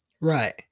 right